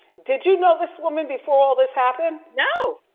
did you know this woman before all this happened? no.